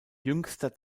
jüngster